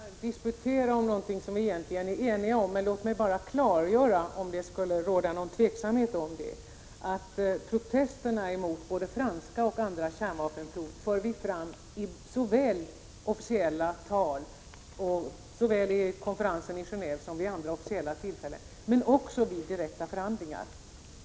Herr talman! Jag tycker inte att vi skall disputera om någonting som vi egentligen är eniga om, men låt mig bara klargöra — om det skulle råda någon tveksamhet om det — att vi för fram protesterna mot både franska och andra kärnvapenprov såväl i officiella tal både vid konferensen i Geneve och vid andra officiella tillfällen som vid direkta förhandlingar.